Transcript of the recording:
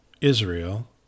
Israel